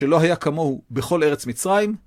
שלא היה כמוהו בכל ארץ מצרים.